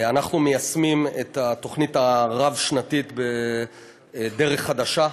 אנחנו מיישמים את התוכנית הרב-שנתית "דרך חדשה",